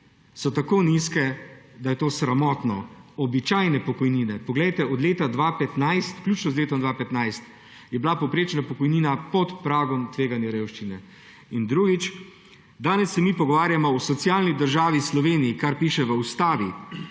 so tako nizke, da je to sramotno. Običajne pokojnine; od leta 2015, vključno z letom 2015, je bila povprečna pokojnina pod pragom tveganja revščine. In drugič, danes se mi pogovarjamo o socialni državi Sloveniji, kar piše v ustavi,